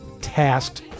tasked